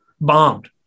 bombed